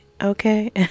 Okay